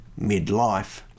midlife